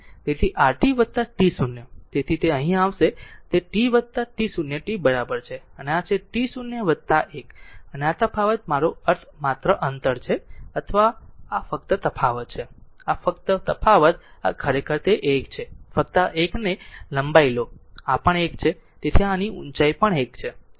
તેથી rt t0 તેથી તે અહીં આવશે તે t t0 t બરાબર છે અને આ છે t0 1 અને આ તફાવત મારો અર્થ માત્ર અંતર છે ફક્ત આ તફાવત છે આ તફાવત ખરેખર તે 1 છે ફક્ત આ 1 ને લંબાઈ લો અને આ પણ 1 છે તેથી આ ઉચાઇ પણ 1 છે